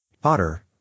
Potter